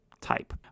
type